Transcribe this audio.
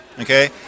okay